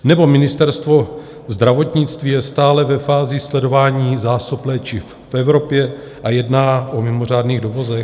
Nebo je Ministerstvo zdravotnictví stále ve fázi sledování zásob léčiv v Evropě a jedná o mimořádných dovozech?